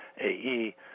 AE